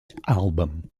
album